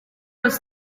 was